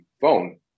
phone